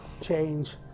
change